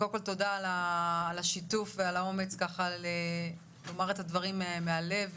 תודה על השיתוף ועל האומץ לומר את הדברים מהלב.